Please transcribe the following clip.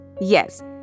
Yes